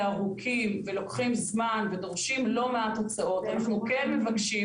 ארוכים ולוקחים זמן ודורשים לא מעט הוצאות ואנחנו כן מבקשים